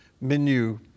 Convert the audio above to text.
menu